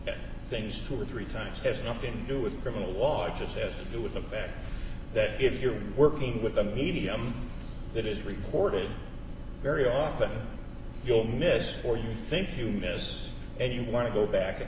at things two or three times has nothing to do with criminal law or just as i do with the fact that if you're working with a medium that is reported very often you'll miss or you think you miss and you want to go back